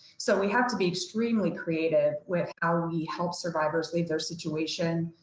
so we have to be extremely creative with how we help survivors leave their situation.